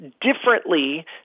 differently